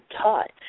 taught